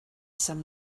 some